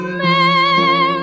man